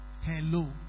Hello